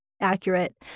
accurate